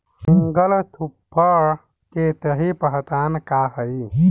Single super के सही पहचान का हई?